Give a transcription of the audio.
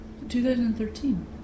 2013